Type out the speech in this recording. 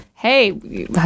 hey